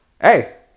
Hey